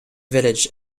village